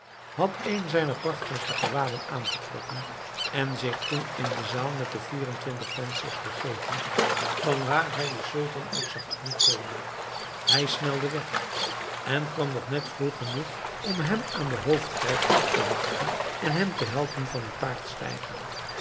had een zijner prachtigste gewaden aangetrokken en zich toen in de zaal met de vier en twintig vensters begeven vanwaar hij den sultan ook zag aankomen hij snelde weg en kwam nog net vroeg genoeg om hem onder aan den hoofdtrap op te wachten en hem te helpen van t paard stijgen